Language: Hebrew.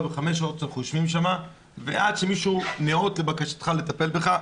ארבע וחמש שעות עד שמישהו נאות לבקשתך לטפל בך.